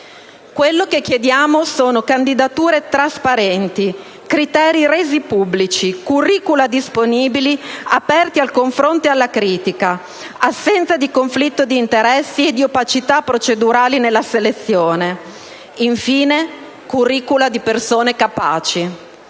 Ciò che chiediamo sono candidature trasparenti, criteri resi pubblici, *curricula* disponibili e aperti al confronto e alla critica, assenza di conflitto di interessi e di opacità procedurali nella selezione e, infine, *curricula* di persone capaci